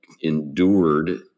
endured